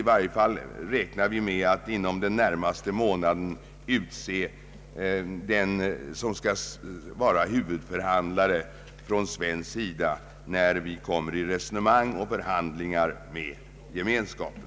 I varje fall räknar vi med att inom den närmaste månaden kunna utse den person som från svensk sida skall vara huvudförhandlare när vi kommer i resonemang och förhandlingar med Gemenskapen.